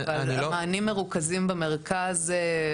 אבל המענים מרוכזים במרכז.